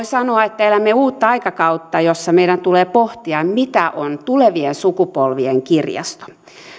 sanoa että elämme uutta aikakautta jossa meidän tulee pohtia mitä on tulevien sukupolvien kirjasto